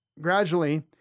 gradually